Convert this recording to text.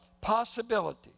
Possibility